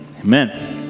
amen